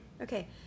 Okay